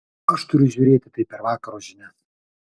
aš turiu žiūrėti tai per vakaro žinias